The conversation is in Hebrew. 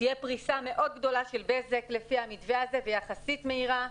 תהיה פריסה מאוד גדולה של בזק לפי המתווה הזה ויחסית מהירה.